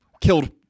killed